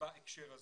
בהקשר הזה.